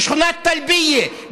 בשכונת טלביה,